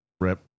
rep